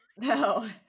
No